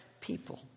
people